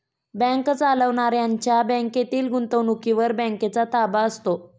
bank चालवणाऱ्यांच्या बँकेतील गुंतवणुकीवर बँकेचा ताबा असतो